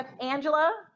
Angela